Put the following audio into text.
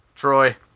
Troy